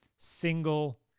single